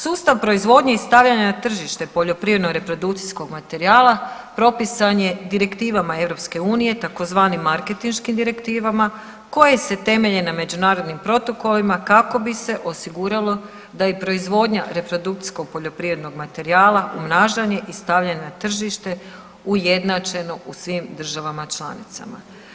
Sustav proizvodnje i stavljanje na tržište poljoprivredno reprodukcijskog materijala propisan je direktivama EU tzv. marketinškim direktivama koje se temelje na međunarodnim protokolima kako bi se osiguralo da i proizvodnja reprodukcijsko poljoprivrednog materijala umnažanje i stavljanje na tržište ujednačeno u svim državama članicama.